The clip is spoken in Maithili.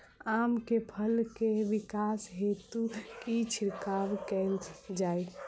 आम केँ फल केँ विकास हेतु की छिड़काव कैल जाए?